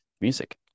music